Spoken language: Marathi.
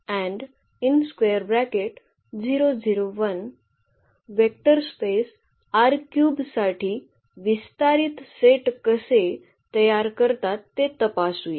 तर हे वेक्टर स्पेस साठी विस्तारित सेट कसे तयार करतात ते तपासूया